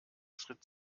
schritt